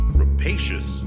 rapacious